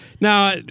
Now